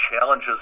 challenges